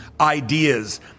ideas